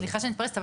סליחה שאני מתפרצת,